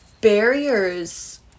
barriers